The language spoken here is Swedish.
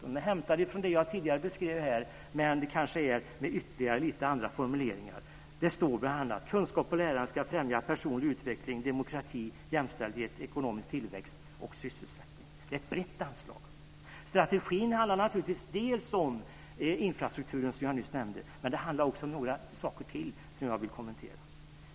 De är hämtade från det jag tidigare beskrev här, men kanske med lite andra formuleringar. Det står bl.a. att kunskap och lärande ska främja personlig utveckling, demokrati, jämställdhet, ekonomisk tillväxt och sysselsättning. Det är ett brett anslag. Strategin handlar naturligtvis om infrastrukturen, som jag nyss nämnde, men det handlar också om några saker till som jag vill kommentera.